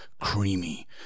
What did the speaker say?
creamy